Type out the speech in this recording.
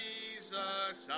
Jesus